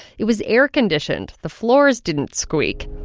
it was air conditioned. the floors didn't squeak.